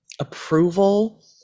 approval